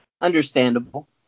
Understandable